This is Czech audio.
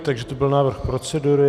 Takže to byl návrh procedury.